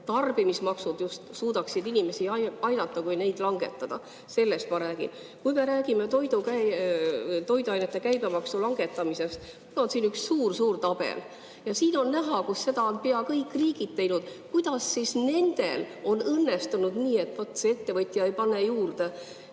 tarbimismaksud suudaksid inimesi aidata, kui neid langetada. Sellest ma räägin. Kui me räägime toiduainete käibemaksu langetamisest, siis mul on siin üks suur-suur tabel. Siit on näha, et seda on peaaegu kõik riigid teinud. Kuidas siis nendel on õnnestunud nii, et see ettevõtja ei pane [hinda]